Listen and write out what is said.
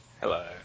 Hello